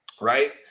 right